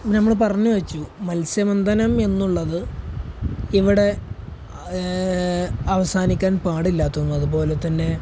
നമ്മള് പറഞ്ഞുവെച്ചു മത്സ്യബന്ധനമെന്നുള്ളത് ഇവിടെ അവസാനിക്കാൻ പാടില്ലാത്തതാണെന്നും അതുപോലെ തന്നെ